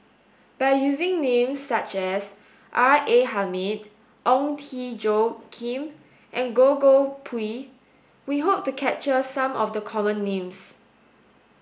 by using name such as R A Hamid Ong Tjoe Kim and Goh Koh Pui we hope to capture some of the common names